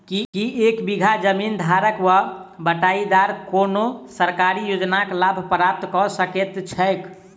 की एक बीघा जमीन धारक वा बटाईदार कोनों सरकारी योजनाक लाभ प्राप्त कऽ सकैत छैक?